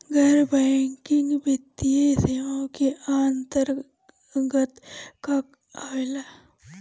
गैर बैंकिंग वित्तीय सेवाए के अन्तरगत का का आवेला?